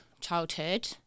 childhood